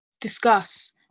discuss